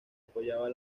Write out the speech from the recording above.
apoyaba